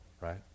right